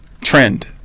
trend